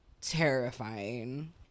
terrifying